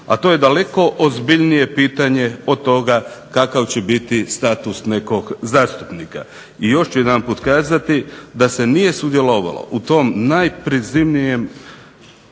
A to je daleko ozbiljnije pitanje od toga kakav će biti status nekog zastupnika. I još ću jedanput kazati, da se nije sudjelovalo u tom najprizemnijem